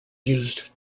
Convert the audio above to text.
used